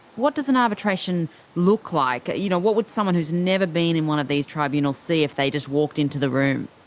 what does an arbitration look like? ah you know what would someone who's never been in one of these tribunals see if they just walked into the room?